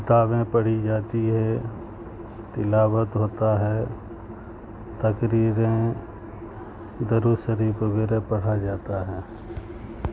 کتابیں پڑھی جاتی ہے تلاوت ہوتا ہے تقریریں درود شریف وغیرہ پڑھا جاتا ہے